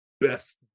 best